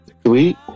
sweet